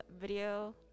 video